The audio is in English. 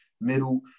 middle